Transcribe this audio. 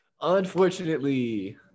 Unfortunately